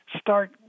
start